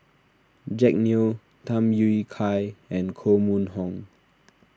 Jack Neo Tham Yui Kai and Koh Mun Hong